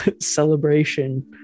celebration